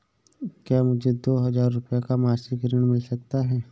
क्या मुझे दो हजार रूपए का मासिक ऋण मिल सकता है?